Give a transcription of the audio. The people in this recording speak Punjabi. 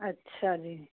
ਅੱਛਾ ਜੀ